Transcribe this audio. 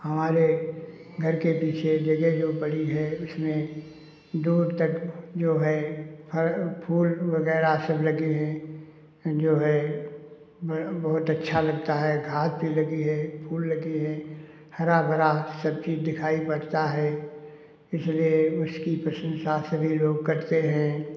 हमारे घर के पीछे जगह जो पड़ी है उसमें दूर तक जो है हर उ फूल वगैरह सब लगे हैं जो है बहुत अच्छा लगता है घास भी लगी है फूल लगे हैं हरा भरा सब चीज दिखाई पड़ता है इसलिए उसकी प्रशंसा सभी लोग करते हैं